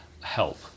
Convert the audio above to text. help